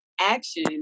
action